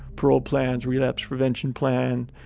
parole plans, relapse prevention plan,